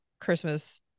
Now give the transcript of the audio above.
Christmas